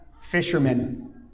fishermen